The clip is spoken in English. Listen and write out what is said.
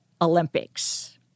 Olympics